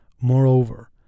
Moreover